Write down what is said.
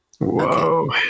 Whoa